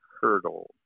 hurdle